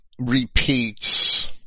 repeats